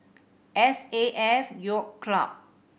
S A F Yacht Club